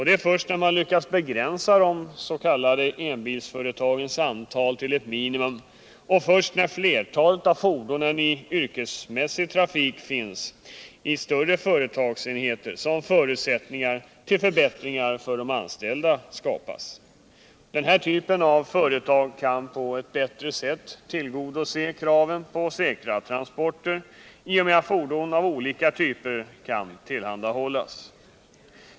Det är först när man lyckats begränsa de s.k. enbilsföretagens antal till ett minimum och först när flertalet av fordonen i yrkesmässig trafik finns i större företagsenheter som förutsättningar för förbättringar för de anställda skapas. Denna typ av företag kan på ett bättre sätt tillgodose kraven på säkra transporter i och med att fordon av olika typer kan tillhandahållas.